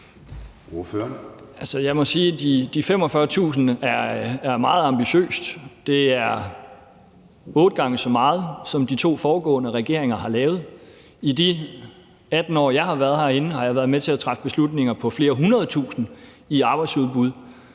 de 45.000 er meget ambitiøst. Det er otte gange så meget, som de to foregående regeringer har lavet. I de 18 år, jeg har været herinde, har jeg været med til at træffe beslutninger på flere 100.000 i arbejdsudbud,